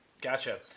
Gotcha